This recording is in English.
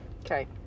Okay